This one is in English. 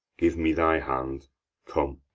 give me thy hand come.